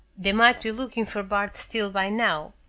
they might be looking for bart steele by now,